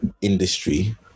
industry